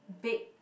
bake